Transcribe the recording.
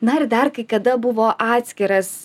na ir dar kai kada buvo atskiras